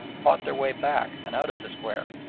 fought their way back and out of the square,